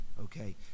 okay